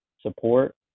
support